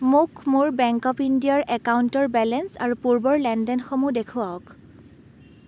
মোক মোৰ bank of ইণ্ডিয়াৰ একাউণ্টৰ বেলেঞ্চ আৰু পূৰ্বৰ লেনদেনসমূহ দেখুৱাওক